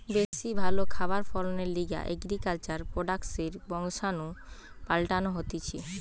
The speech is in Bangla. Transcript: বেশি ভালো খাবার ফলনের লিগে এগ্রিকালচার প্রোডাক্টসের বংশাণু পাল্টানো হতিছে